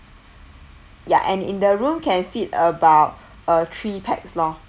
ya and in the room can fit about uh three pax lor